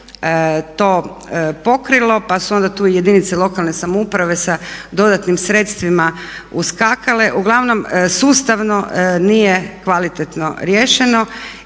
to pokrilo pa su onda tu jedinice lokalne samouprave sa dodatnim sredstvima uskakale. Uglavnom sustavno nije kvalitetno riješeno.